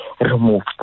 removed